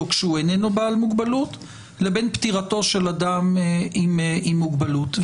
כשהוא איננו בעל מוגבלות לבין פטירתו של אדם עם מוגבלות,